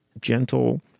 gentle